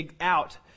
out